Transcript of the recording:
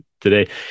today